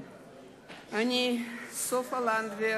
אני, סופה לנדבר,